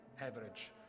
average